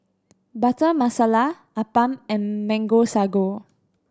Butter Masala appam and Mango Sago